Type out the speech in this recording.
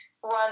one